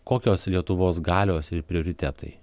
kokios lietuvos galios ir prioritetai